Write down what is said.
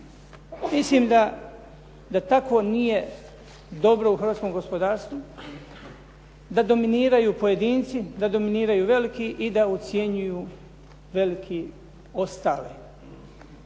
Mislim da tako nije dobro u hrvatskom gospodarstvu da dominiraju pojedinci, da dominiraju veliki i da ucjenjuju veliki ostale.